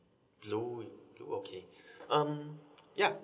blue and blue okay um ya